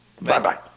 Bye-bye